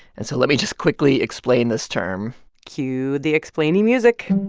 and so let me just quickly explain this term cue the explain-y music